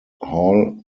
hall